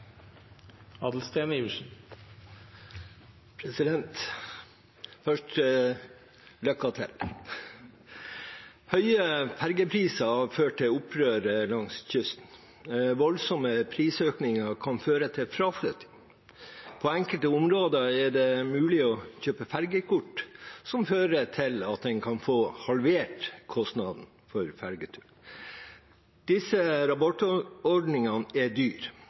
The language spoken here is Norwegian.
fergepriser har ført til opprør langs kysten, voldsomme prisøkninger kan føre til fraflytting. I enkelte områder er det mulig å kjøpe fergekort som fører til at en kan få halvert kostnaden for fergeturen. Disse rabattordningene er dyre,